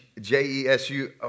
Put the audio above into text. J-E-S-U